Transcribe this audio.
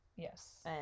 Yes